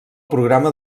programa